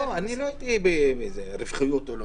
לא בהתאם לרווחיות.